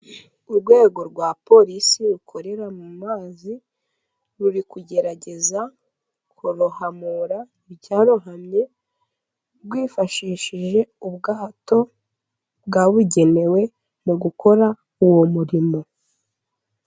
Urwego rwa polisi rukorera mu mazi, ruri kugerageza kurohamura icyarohamye rwifashishije ubwato bwabugenewe mu gukora uwo murimo.